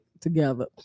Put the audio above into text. together